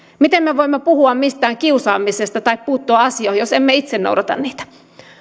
miten me voimme puhua mistään kiusaamisesta tai puuttua asioihin jos emme itse noudata niitä